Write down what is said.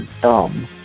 dumb